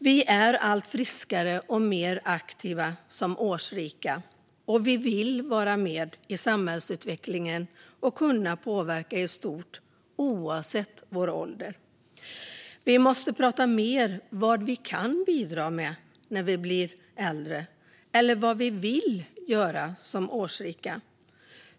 Vi är allt friskare och mer aktiva som årsrika, och vi vill vara med i samhällsutvecklingen och kunna påverka i stort oavsett vår ålder. Vi måste prata mer om vad vi kan bidra med när vi blir äldre och vad vi vill göra som årsrika.